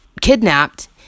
kidnapped